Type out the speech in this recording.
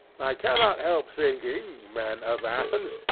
i cannot help thinking, men of athens,